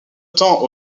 temps